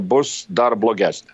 bus dar blogesnė